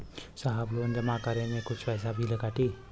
साहब लोन जमा करें में कुछ पैसा भी कटी?